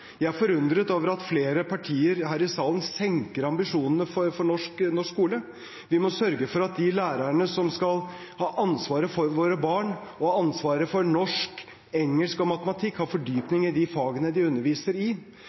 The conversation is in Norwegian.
Jeg er forundret over at flere partier her i salen senker ambisjonene for norsk skole. Vi må sørge for at de lærerne som skal ha ansvaret for våre barn og for norsk, engelsk og matematikk, har fordypning i de fagene de underviser i.